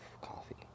coffee